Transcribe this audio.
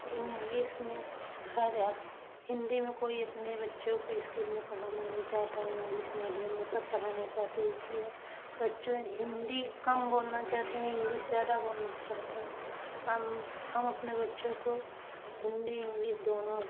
कि इंग्लिस में हर अप हिन्दी में कोई अपने बच्चों के इस्कूल में पढ़ाना नहीं चाहता है और इंग्लिस मीडियम में सब पढ़ाना चाहते हैं इसलिए बच्चों हिन्दी कम बोलना चाहते हैं इंग्लिस ज़्यादा बोलना चाहते हैं हम हम अपने बच्चों को हिन्दी इंग्लिस दोनों